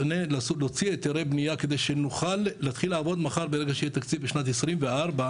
להוציא היתרי בניה כדי שנוכל להתחיל לעבוד ברגע שיהיה תקציב בשנת 2024,